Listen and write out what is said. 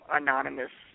anonymous